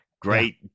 great